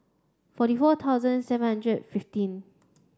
forty four thousand seven hundred fifteen